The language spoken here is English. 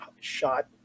shot